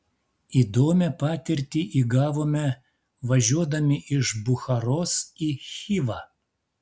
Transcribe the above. įdomią patirtį įgavome važiuodami iš bucharos į chivą